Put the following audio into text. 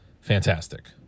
fantastic